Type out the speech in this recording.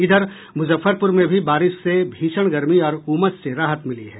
इधर मुजफ्फरपुर में भी बारिश से भीषण गर्मी और उमस से राहत मिली है